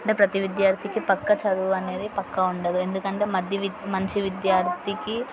అంటే ప్రతీ విద్యార్థికి పక్కా చదువు అనేది పక్కా ఉండదు ఎందుకంటే మధ్య వి మంచి విద్యార్థికి